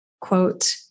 Quote